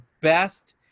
best